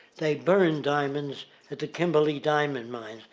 they burn diamonds at the kimberly diamond mine.